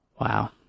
wow